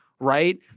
right